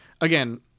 again